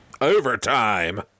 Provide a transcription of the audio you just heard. Overtime